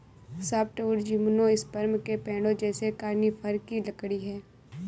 softwood gymnosperm के पेड़ों जैसे कॉनिफ़र की लकड़ी है